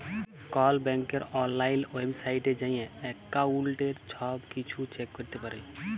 call ব্যাংকের অললাইল ওয়েবসাইটে যাঁয়ে এক্কাউল্টের ছব কিছু চ্যাক ক্যরতে পারি